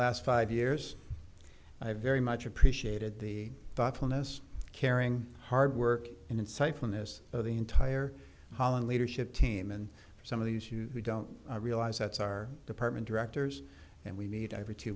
last five years i very much appreciated the thoughtfulness caring hard work and insightfulness of the entire holland leadership team and some of these you don't realize that's our department directors and we meet every two